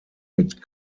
mit